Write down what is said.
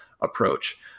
approach